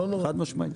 כן, חד משמעית.